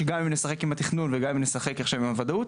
שגם אם נשחק עם התכנון וגם אם נשחק עכשיו עם הוודאות,